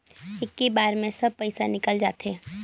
इक्की बार मे सब पइसा निकल जाते?